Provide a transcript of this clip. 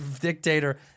dictator